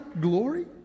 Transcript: glory